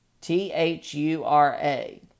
T-H-U-R-A